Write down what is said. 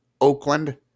oakland